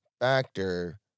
factor